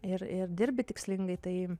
ir ir dirbi tikslingai tai